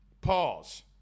Pause